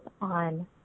on